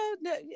no